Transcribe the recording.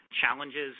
challenges